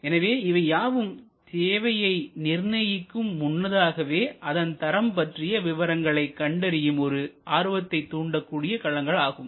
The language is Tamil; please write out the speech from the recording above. எனவே இவை யாவும் தேவையை நிர்ணயிக்கும் முன்னதாகவே அதன் தரம் பற்றிய விவரங்களை கண்டறியும் ஒரு ஆர்வத்தை தூண்டக்கூடிய களங்கள் ஆகும்